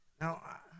Now